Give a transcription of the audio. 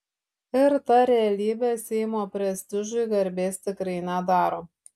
ir ta realybė seimo prestižui garbės tikrai nedaro